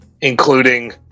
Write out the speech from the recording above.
including